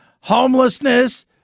homelessness